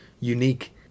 unique